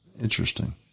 Interesting